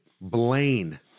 blaine